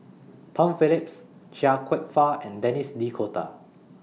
Tom Phillips Chia Kwek Fah and Denis D'Cotta